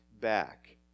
back